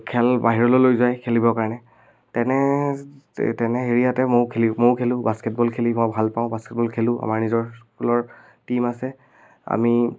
খেল বাহিৰলৈ লৈ যায় খেলিবৰ কাৰণে তেনে তেনে হেৰিয়াতে ময়ো খেলি ময়ো খেলোঁ বাস্কেটবল খেলি মই ভাল পাওঁ বাস্কেটবল খেলোঁ আমাৰ নিজৰ স্কুলৰ টীম আছে আমি